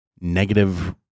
negative